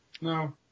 No